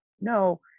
No